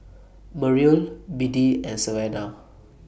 Merrill Biddie and Savanna